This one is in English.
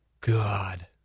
god